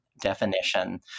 Definition